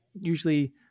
Usually